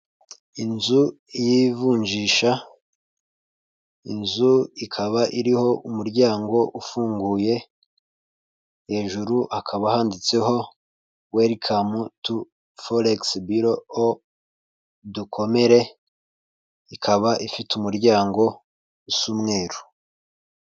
Inzu y'ivunjisha, inzu ikaba iriho umuryango ufunguye, hejuru hakaba handitseho werikamu tu forekisi biro, dukomere, ikaba ifite umuryango usa umweru.